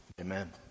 Amen